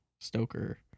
Stoker